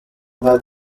that